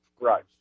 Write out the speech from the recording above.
Right